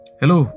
hello